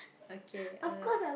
okay uh